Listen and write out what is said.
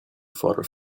father